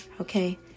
okay